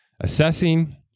assessing